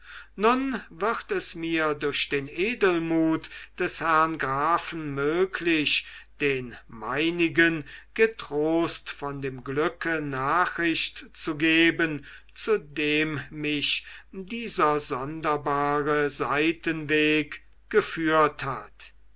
nun wird es mir durch den edelmut des herrn grafen möglich den meinigen getrost von dem glücke nachricht zu geben zu dem mich dieser sonderbare seitenweg geführt hat